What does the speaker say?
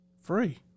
Free